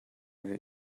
rih